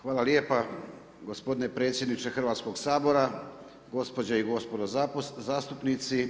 Hvala lijepa gospodine predsjedniče Hrvatskoga sabora, gospođe i gospodo zastupnici.